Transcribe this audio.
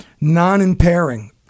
non-impairing